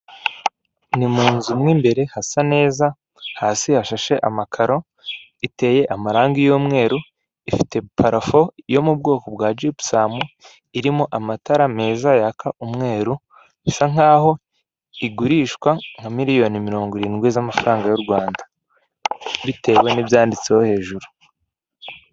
Ni mu nzu mo imbere hasa neza, hasi hashashe amakaro iteye amarangi y'umweru, ifite parafo yo mu bwoko bwa jipusamu, irimo amatara meza yaka umweru, isa nk'aho igurishwa nka miliyoni mirongo irindwi z'amafaranga y'u Rwanda; bitewe n'ibyanditseho hejuru.